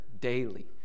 daily